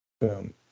Boom